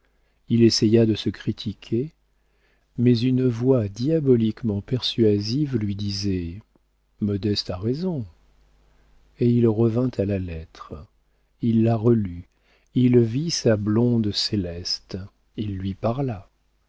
il essaya de se critiquer mais une voix diaboliquement persuasive lui disait modeste a raison et il revint à la lettre il la relut il vit sa blonde céleste il lui parla